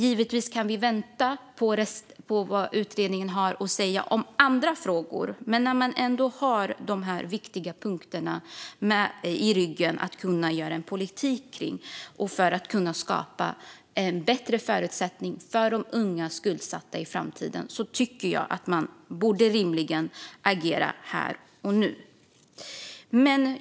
Givetvis kan vi vänta på vad utredningen har att säga om andra frågor, men när man ändå har dessa viktiga punkter i ryggen att göra en politik kring, för att kunna skapa bättre förutsättningar för de unga skuldsatta i framtiden, tycker jag att man rimligen borde agera här och nu.